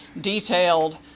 detailed